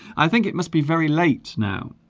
i think it must be very late now